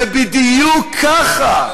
זה בדיוק ככה.